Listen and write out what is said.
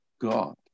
God